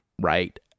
right